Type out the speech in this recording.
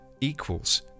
equals